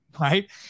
right